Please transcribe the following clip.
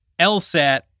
LSAT